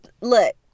look